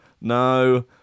no